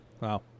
Wow